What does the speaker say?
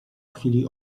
chwili